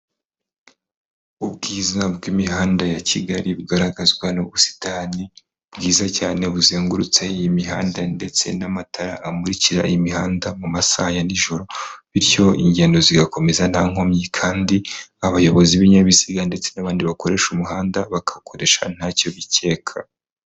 Ubwiza bw'imihanda ya Kigali, bugaragazwa n'ubusitani bwiza cyane buzengurutse iyi mihanda ndetse n'amatara amurikira iyi mihanda mu masaha ya nijoro, bityo ingendo zigakomeza nta nkomyi kandi abayobozi b'ibinyabiziga ndetse n'abandi bakoresha umuhanda, bakawukoresha ntacyo bikeka.